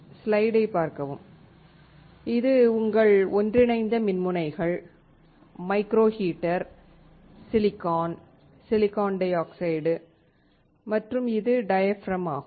ஸ்லைடைப் பார்க்கவும் இது உங்கள் ஒன்றிணைந்த மின்முனைகள் micro heater silicon silicon dioxide மற்றும் இது டயாபிராம் ஆகும்